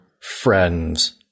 friends